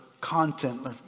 content